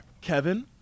Kevin